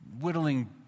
whittling